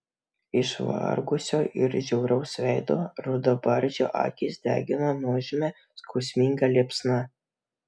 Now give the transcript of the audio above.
išvargusio ir žiauraus veido rudabarzdžio akys degino nuožmia skausminga liepsna